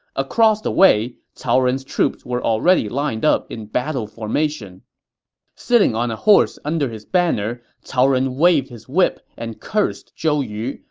across the way, cao ren's troops were already lined up in battle formation sitting on a horse under his banner, cao ren waved his whip and cursed zhou yu,